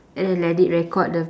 and then let it record the